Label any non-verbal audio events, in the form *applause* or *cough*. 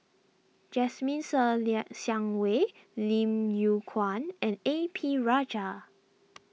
Jasmine Ser *unintelligible* Xiang Wei Lim Yew Kuan and A P Rajah